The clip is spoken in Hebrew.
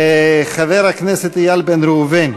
חבר הכנסת איל בן ראובן.